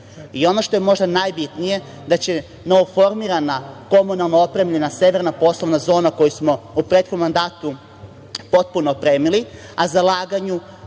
i ono što je možda najbitnije, da će novoformirana, komunalno opremljena severna poslovna zona koju smo u prethodnom mandatu potpuno opremili, a zahvaljujući